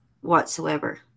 whatsoever